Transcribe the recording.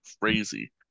crazy